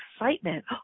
excitement